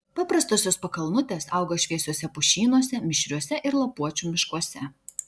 paprastosios pakalnutės auga šviesiuose pušynuose mišriuose ir lapuočių miškuose